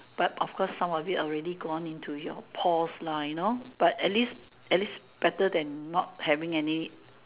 but of course some of it already gone into your paws lah you know but at least at least better than not having any